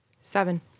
Seven